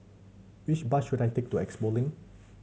which bus should I take to Expo Link